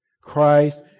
Christ